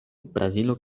brazilo